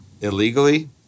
illegally